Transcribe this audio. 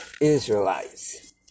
Israelites